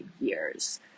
years